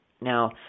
now